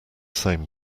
same